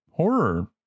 horror